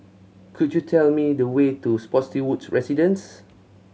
could you tell me the way to Spottiswoode Residences